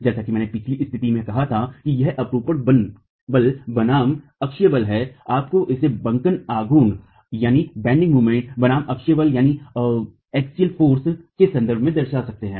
जैसा कि मैंने पिछले स्तिथि में कहा था कि यह अपरूपण बल बनाम अक्षीय बल है आप इसे बंकन आघूर्ण बनाम अक्षीय बल के संदर्भ में दर्शा सकते हैं